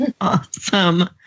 Awesome